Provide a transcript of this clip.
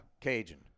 Cajun